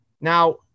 Now